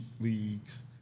leagues